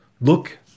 look